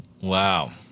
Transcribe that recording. Wow